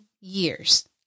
years